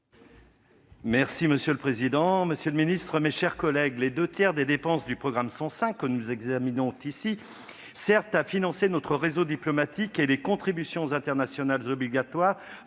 avis. Monsieur le président, monsieur le ministre, mes chers collègues, les deux tiers des dépenses du programme 105, que nous examinons ici, servent à financer notre réseau diplomatique et les contributions internationales obligatoires